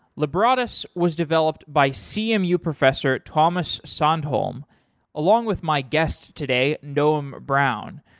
lebradas was developed by cmu professor tuomas sandholm along with my guest today, noam brown.